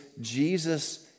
Jesus